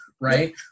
right